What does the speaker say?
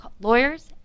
lawyers